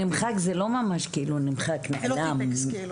נמחק זה לא ממש נמחק, נעלם.